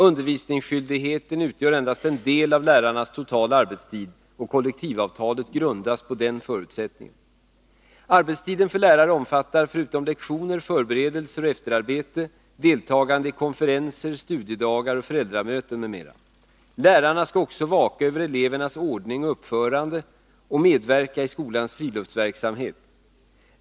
Undervisningsskyldigheten utgör endast en del av lärarnas totala arbetstid, och kollektivavtalet grundas på den förutsättningen. Arbetstiden för lärarna omfattar — förutom lektioner, förberedelser och efterarbete — deltagande i konferenser, studiedagar och föräldramöten m.m. Lärarna skall också vaka över elevernas ordning och uppförande och medverka i skolans friluftsverksamhet.